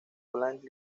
blanca